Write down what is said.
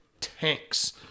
tanks